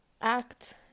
act